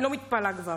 אני לא מתפלאת כבר.